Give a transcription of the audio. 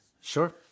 Sure